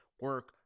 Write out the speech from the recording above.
Work